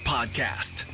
Podcast